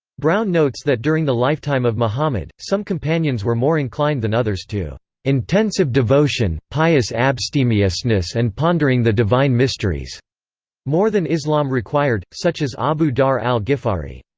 brown notes that during the lifetime of muhammad, some companions were more inclined than others to intensive devotion, pious abstemiousness and pondering the divine mysteries more than islam required, such as abu dhar al-ghifari.